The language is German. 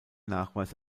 nachweis